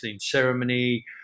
ceremony